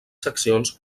seccions